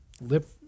lip